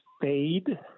fade